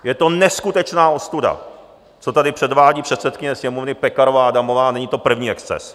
Je to neskutečná ostuda, co tady předvádí předsedkyně Sněmovny Pekarová Adamová, a není to první exces.